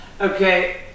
Okay